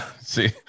See